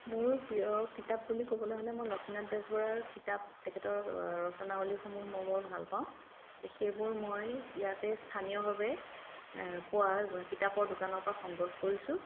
মোৰ প্ৰিয় কিতাপ বুলি ক'বলৈ হ'লে মই লক্ষ্মীনাথ বেজবৰুৱাৰ কিতাপ তেখেতৰ ৰচনাৱলীসমূহ মই বৰ ভাল পাওঁ তে সেইবোৰ মই ইয়াতে স্থানীয়ভাৱে পোৱা কিতাপৰ দোকানৰ পৰা সংগ্ৰহ কৰিছোঁ